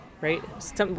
right